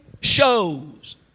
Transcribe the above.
shows